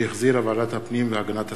שהחזירה ועדת הפנים והגנת הסביבה.